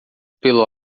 pelo